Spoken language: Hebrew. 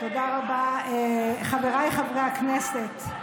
חבריי חברי הכנסת,